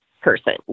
person